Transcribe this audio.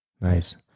Nice